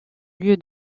lieu